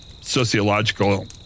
sociological